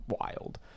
wild